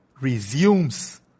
resumes